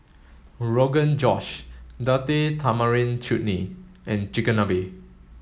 Rogan Josh Tamarind Chutney and Chigenabe